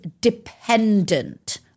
dependent